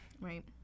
Right